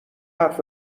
حرف